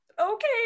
okay